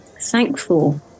thankful